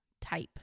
type